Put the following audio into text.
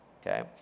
okay